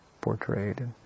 portrayed